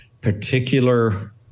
particular